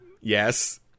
Yes